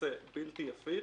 בלתי הפיך,